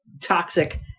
toxic